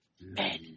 men